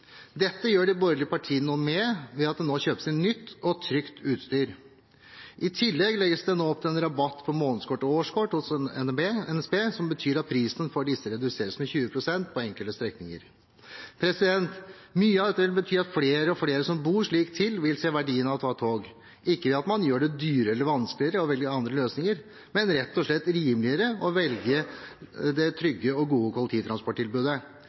Dette gjør de borgerlige partiene noe med ved at det nå kjøpes inn nytt og trygt utstyr. I tillegg legges det nå opp til en rabatt på månedskort og årskort hos NSB som betyr at prisen for disse reduseres med 20 pst. på enkelte strekninger. Mye av dette vil bety at flere og flere som bor slik til, vil se verdien av å ta tog, ikke ved at man gjør det dyrere eller vanskeligere å velge andre løsninger, men rett og slett gjør det rimeligere å velge det trygge og gode kollektivtransporttilbudet.